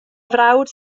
frawd